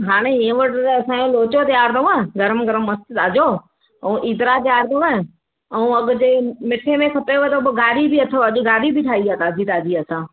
हा न हिन वटि त असांजो लोचो तयार अथव गरम गरम मस्तु ताज़ो हुओ इदड़ा तयार अथव ऐं अॻि ते मिठे में खपेव त पोइ घारी बि अथव अॼु घारी बि ठाही आहे ताज़ी ताज़ी असां